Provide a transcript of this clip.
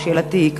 שאלתי היא: